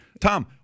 Tom